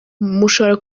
mushobora